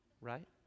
right